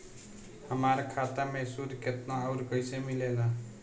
हमार खाता मे सूद केतना आउर कैसे मिलेला?